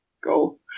Go